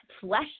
flesh